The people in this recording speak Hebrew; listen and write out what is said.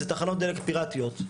זה תחנות דלק פיראטיות.